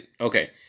Okay